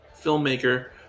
filmmaker